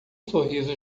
sorriso